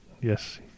Yes